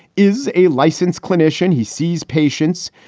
is a licensed clinician. he sees patients.